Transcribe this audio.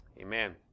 Amen